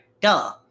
Duh